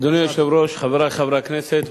אדוני היושב-ראש, חברי חברי הכנסת,